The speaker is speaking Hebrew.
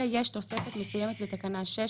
ויש תוספת מסוימת בתקנה 6,